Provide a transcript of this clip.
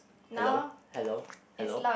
hello hello hello